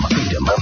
Freedom